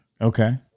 Okay